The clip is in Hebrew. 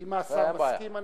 אם השר מסכים,